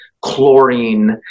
chlorine